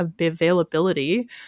availability